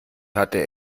hatte